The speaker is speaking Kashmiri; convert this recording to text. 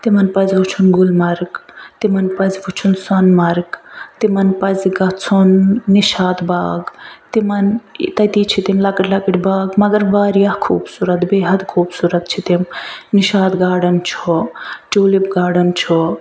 تِمن پزِ وُچھُن گلمرگ تِمن پزِ وُچھُن سۄنہٕ مرگ تِمن پزِ گژھُن نشاط باغ تِمن تتی چھِ تِم لۄکٕٹۍ لۄکٕٹۍ باغ مگر وارٖیاہ خوبصورت بے حد خوبصورت چھِ تِم نشاط گارڈٕن چھُ ٹیٛوٗلِپ گارڈٕن چھُ